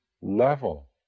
level